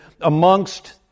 amongst